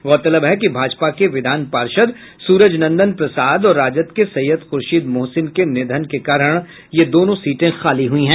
गौरतलब है कि भाजपा के विधान पार्षद सूरज नंदन प्रसाद और राजद के सैयद खुर्शीद मोहसिन के निधन के कारण ये दोनों सीटें खाली हुई हैं